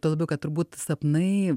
tuo labiau kad turbūt sapnai